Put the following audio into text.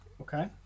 Okay